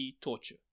torture